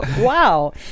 Wow